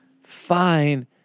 fine